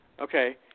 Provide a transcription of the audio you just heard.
Okay